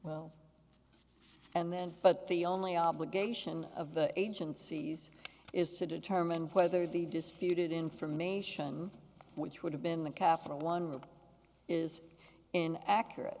well and then but the only obligation of the agencies is to determine whether the disputed information which would have been a capital one is an accurate